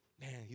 Man